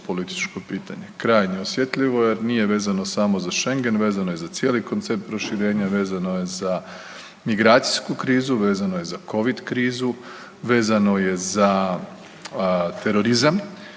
političko pitanje, krajnje osjetljivo jer nije vezano samo za Šengen vezano je za cijeli koncept proširenja, vezano je za migracijsku krizu, vezano je za covid krizu, vezano je za terorizam